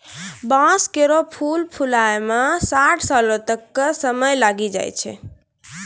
बांस केरो फूल फुलाय म साठ सालो तक क समय लागी जाय छै